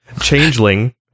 changeling